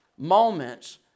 moments